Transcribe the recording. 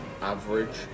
average